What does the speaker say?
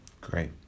Great